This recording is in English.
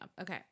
okay